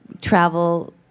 travel